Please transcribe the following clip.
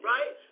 Right